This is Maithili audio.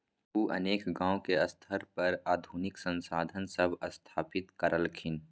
उ अनेक गांव के स्तर पर आधुनिक संसाधन सब स्थापित करलखिन